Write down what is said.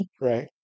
Right